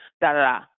da-da-da